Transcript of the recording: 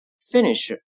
Finish